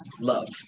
love